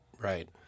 Right